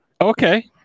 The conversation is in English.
Okay